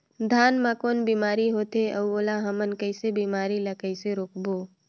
धान मा कौन बीमारी होथे अउ ओला हमन कइसे बीमारी ला कइसे रोकबो?